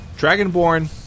Dragonborn